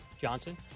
Johnson